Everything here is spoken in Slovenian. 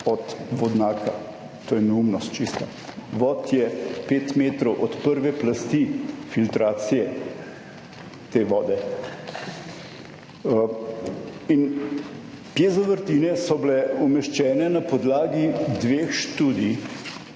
od vodnjaka, to je neumnost, čisto. Vod je pet metrov od prve plasti filtracije te vode. Piezo vrtine so bile umeščene na podlagi dveh študij,